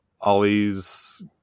Ollie's